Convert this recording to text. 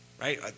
Right